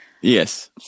Yes